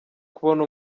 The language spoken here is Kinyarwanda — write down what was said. kubona